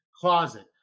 closet